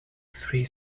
three